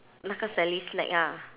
那个 sally snack ah